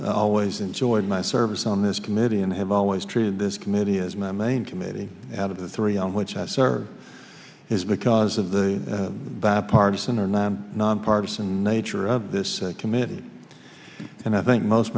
always joyce my service on this committee and i have always treated this committee as my main committee out of the three on which i serve is because of the bipartisan or non nonpartisan nature of this committee and i think most